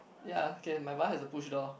ya okay my bar has a push door